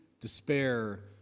despair